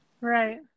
right